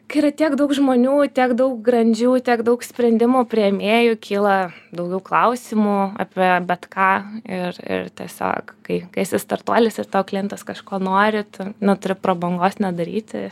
kai yra tiek daug žmonių tiek daug grandžių tiek daug sprendimų priėmėjų kyla daugiau klausimų apie bet ką ir ir tiesiog kai kai esi startuolis ir tavo klientas kažko nori tu neturi prabangos nedaryti